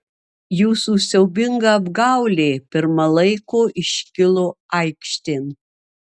jūsų siaubinga apgaulė pirma laiko iškilo aikštėn